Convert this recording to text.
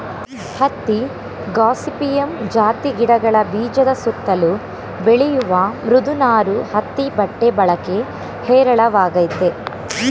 ಹತ್ತಿ ಗಾಸಿಪಿಯಮ್ ಜಾತಿ ಗಿಡಗಳ ಬೀಜದ ಸುತ್ತಲು ಬೆಳೆಯುವ ಮೃದು ನಾರು ಹತ್ತಿ ಬಟ್ಟೆ ಬಳಕೆ ಹೇರಳವಾಗಯ್ತೆ